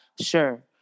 Sure